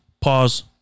Pause